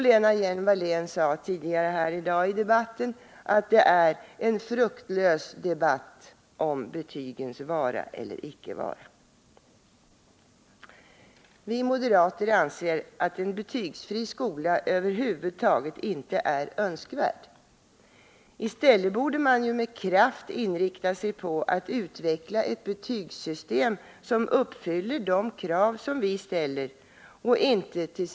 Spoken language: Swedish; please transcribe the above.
Lena Hjelm Wallén sade här tidigare i debatten att det är en fruktlös debatt om betygens vara eller icke vara. Vi moderater anser att en betygsfri skola över huvud taget inte är önskvärd. Man borde med kraft inrikta sig på att utveckla ett betygssystem som uppfyller de krav som vi ställer och intet.